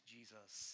Jesus